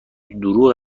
دروغ